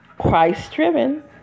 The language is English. Christ-driven